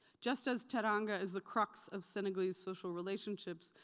just as teranga is the crux of senegalese social relationships,